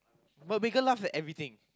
but Megan laugh at everything